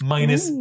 Minus